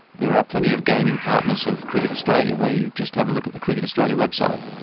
there are plenty of gaming partners of cricket australia you just have a look at the cricket australia website.